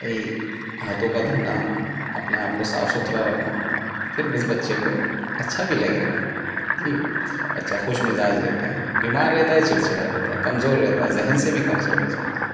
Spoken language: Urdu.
بھائی ہاتھوں کا دھونا اپنے آپ کو صاف ستھرا رکھنا پھر اس بچے کو اچھا بھی لگے گا جی بچہ خوش مزاج رہتا ہے بیمار رہتا ہے ایسے بچے باہر رہتے ہے کمزور رہتا ہے ذہن سے بھی کمزور ہو جاتا ہے